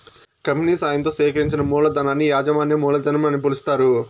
company సాయంతో సేకరించిన మూలధనాన్ని యాజమాన్య మూలధనం అని పిలుస్తారు